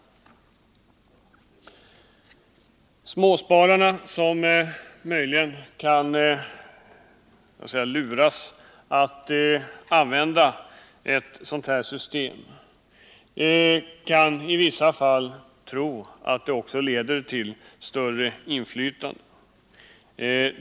De småsparare som möjligen kunde luras att använda ett sådant här system kunde i vissa fall tro att det också skulle leda till större inflytande.